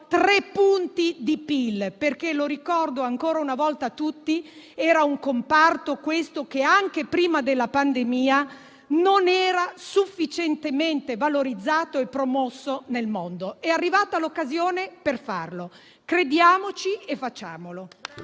3 punti di PIL. Ricordo ancora una volta a tutti che questo era un comparto che anche prima della pandemia non era sufficientemente valorizzato e promosso nel mondo. È arrivata l'occasione per farlo. Crediamoci e facciamolo.